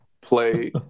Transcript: play